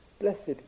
blessed